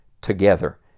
together